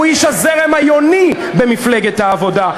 הוא היה איש הזרם היוני במפלגת העבודה.